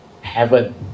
heaven